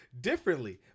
differently